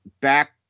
back